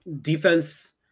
Defense